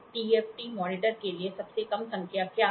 TFT monitor के लिए सबसे कम संख्या क्या है